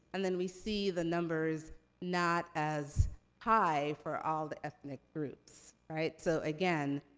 and then we see the numbers not as high for all the ethnic groups, right? so again,